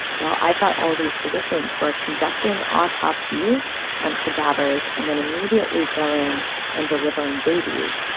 well, i've got all these physicians who are conducting autopsies on cadavers and then immediately going and delivering babies.